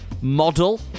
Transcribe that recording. Model